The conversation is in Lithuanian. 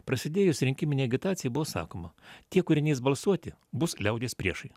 prasidėjus rinkiminei agitacijai buvo sakoma tie kurie neis balsuoti bus liaudies priešai